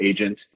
agent